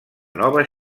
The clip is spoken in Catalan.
nova